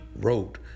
wrote